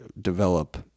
develop